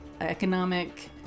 economic